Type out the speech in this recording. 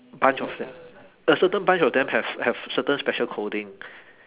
bunch of them a certain bunch of them have have certain special coding